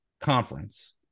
conference